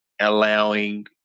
allowing